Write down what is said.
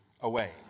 away